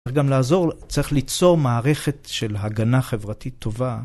אבל גם לעזור צריך ליצור מערכת של הגנה חברתית טובה.